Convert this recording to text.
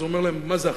אז הוא אומר להם: מה זה?